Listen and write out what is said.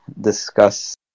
discuss